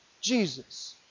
Jesus